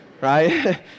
right